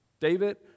David